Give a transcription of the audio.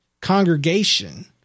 congregation